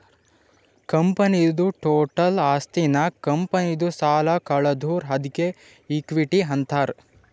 ಕಂಪನಿದು ಟೋಟಲ್ ಆಸ್ತಿನಾಗ್ ಕಂಪನಿದು ಸಾಲ ಕಳದುರ್ ಅದ್ಕೆ ಇಕ್ವಿಟಿ ಅಂತಾರ್